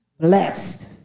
blessed